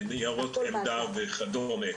ניירות עמדה וכדומה.